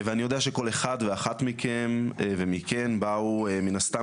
ואני יודע שכל אחד ואחת מכם ומכם באו מן הסתם